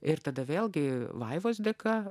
ir tada vėlgi vaivos dėka